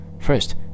First